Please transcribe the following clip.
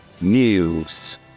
News